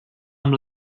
amb